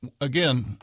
again